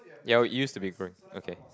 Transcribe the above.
yeah we use to be okay